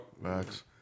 Max